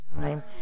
time